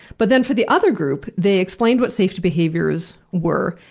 but then for the other group, they explained what safety behaviors were,